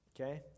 okay